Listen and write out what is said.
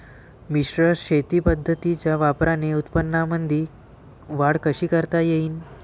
मिश्र शेती पद्धतीच्या वापराने उत्पन्नामंदी वाढ कशी करता येईन?